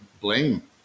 blame